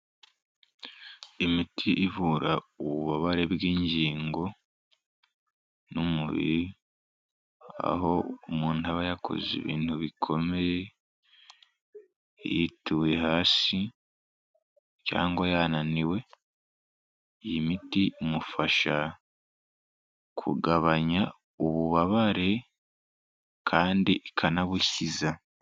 Imiti ivura ububabare bw'ingingo n'umubiri aho umuntu aba yakoze ibintu bikomeye, yituye hasi cyangwa yananiwe. Iyi miti imufasha kugabanya ububabare kandi ikanabukiza.